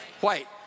White